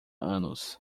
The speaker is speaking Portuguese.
anos